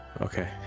Okay